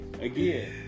again